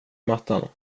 mattan